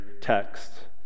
text